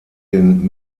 den